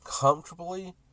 comfortably